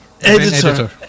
Editor